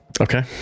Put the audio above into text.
Okay